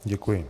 Děkuji.